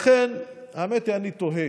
האמת היא שאני תוהה,